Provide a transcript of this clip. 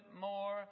more